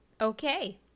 Okay